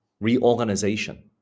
Reorganization